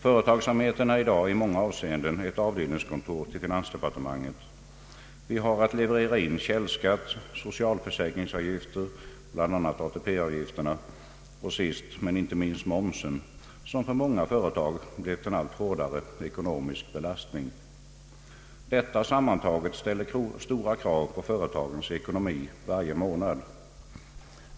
Företagsamheten är i dag i många nänseenden ett avdelningskontor till finansdepartementet. Vi har att leverera in källskatt, socialförsäkringsavgifter — bl.a. ATP-avgifterna — och sist men inte minst moms, vilket för många företag blir en allt hårdare ekonomisk belastning. Detta sammantaget ställer stora krav på företagens ekonomi varje månad.